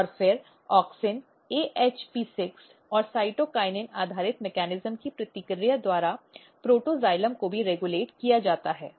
और फिर auxin AHP6 और साइटोकिनिन आधारित मेकैनिज्म की प्रतिक्रिया द्वारा प्रोटोक्साइलम को भी रेगुलेट किया जाता है